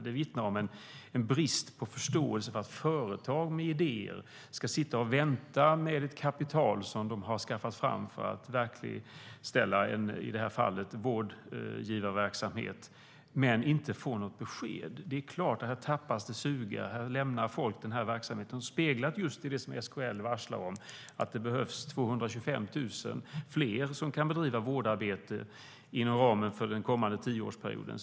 Det vittnar om en brist på förståelse att företag med idéer får vänta med sitt kapital som de har skaffat fram för att investera i vårdverksamhet eftersom de inte får något besked. Det är klart att här tappas det sugar samtidigt som folk lämnar verksamheten. Det speglar just det som SKL varslar om, att det behövs 225 000 fler som kan bedriva vårdarbete inom ramen för den kommande tioårsperioden.